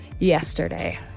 yesterday